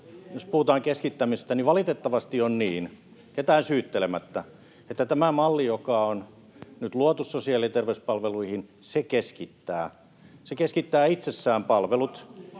jos puhutaan keskittämisestä, niin valitettavasti on niin — ketään syyttelemättä — että tämä malli, joka on nyt luotu sosiaali- ja terveyspalveluihin, keskittää. Se keskittää itsessään palvelut.